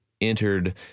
entered